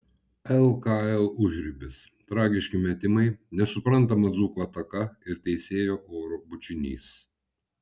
lkl užribis tragiški metimai nesuprantama dzūkų ataka ir teisėjo oro bučinys